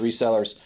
resellers